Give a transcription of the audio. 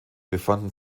befanden